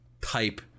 type